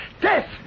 death